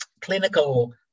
clinical